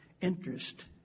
interest